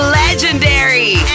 legendary